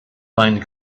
find